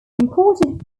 imported